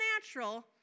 natural